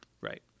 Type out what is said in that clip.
Right